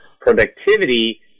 productivity